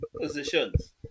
positions